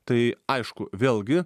tai aišku vėlgi